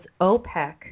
OPEC